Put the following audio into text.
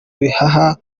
bihaha